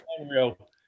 Unreal